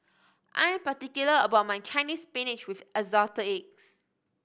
I am particular about my Chinese Spinach with Assorted Eggs